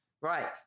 right